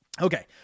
Okay